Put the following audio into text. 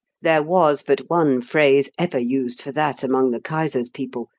there was but one phrase ever used for that among the kaiser's people,